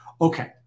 Okay